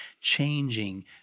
changing